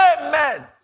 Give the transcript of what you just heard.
Amen